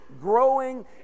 growing